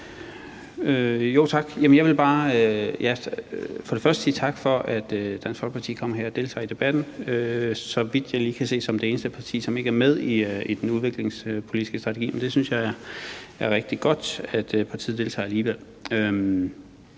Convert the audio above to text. Tak. Jeg vil for det første bare sige tak for, at Dansk Folkeparti kommer her og deltager i debatten som det eneste parti, så vidt jeg lige kan se, som ikke er med i den udviklingspolitiske strategi, men jeg synes, det er rigtig godt, at partiet deltager alligevel.